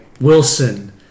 Wilson